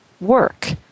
work